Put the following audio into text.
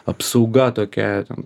apsauga tokia ten